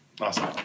Awesome